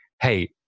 Hey